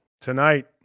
tonight